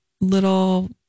little